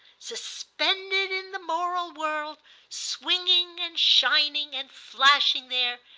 suspended in the moral world swinging and shining and flashing there.